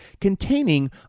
containing